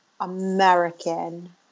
American